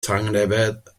tangnefedd